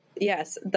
Yes